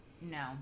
No